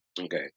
Okay